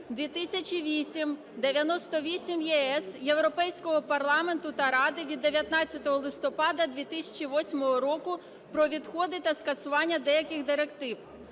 №208/98/ЄС Європейського парламенту та Ради від 19 листопада 2008 року про відходи та скасування деяких директив.